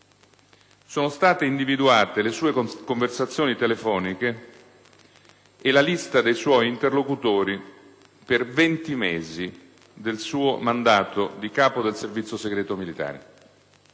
Sono state individuate le sue conversazioni telefoniche e la lista dei suoi interlocutori per 20 mesi del suo mandato di Capo del Servizio segreto militare.